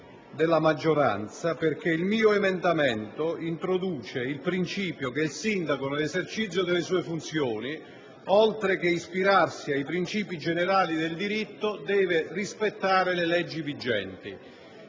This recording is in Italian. della maggioranza, perché il mio emendamento introduce il principio che il sindaco, nell'esercizio delle sue funzioni, oltre che ispirarsi ai princìpi generali del diritto, deve rispettare le leggi vigenti.